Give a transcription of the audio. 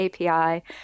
API